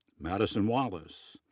madison wallace,